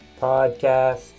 podcast